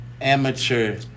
amateur